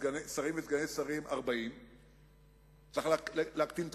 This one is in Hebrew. סגנים ושרי סגנים, 40. צריך להקטין את